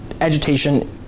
agitation